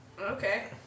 Okay